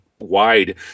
wide